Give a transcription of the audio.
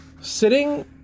sitting